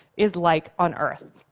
is like on earth.